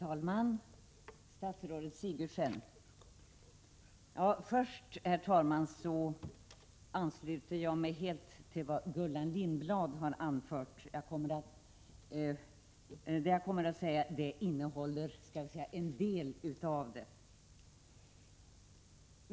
Herr talman! Jag vill först helt ansluta mig till vad Gullan Lindblad har anfört. Det jag kommer att säga innehåller en del av det som hon har talat om.